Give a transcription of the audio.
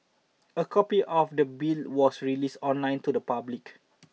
a copy of the bill was released online to the public